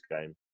game